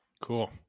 Cool